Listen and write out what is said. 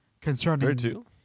concerning